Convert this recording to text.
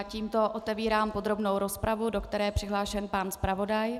Tímto otevírám podrobnou rozpravu, do které je přihlášen pan zpravodaj.